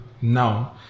now